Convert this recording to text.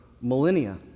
millennia